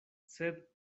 sed